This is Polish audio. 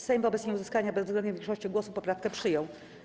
Sejm wobec nieuzyskania bezwzględnej większości głosów poprawkę przyjął.